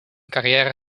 carrière